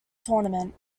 tournament